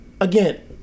again